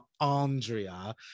andrea